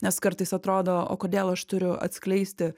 nes kartais atrodo o kodėl aš turiu atskleisti